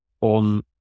on